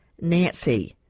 nancy